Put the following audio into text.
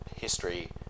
history